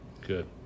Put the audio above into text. Good